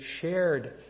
shared